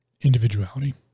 individuality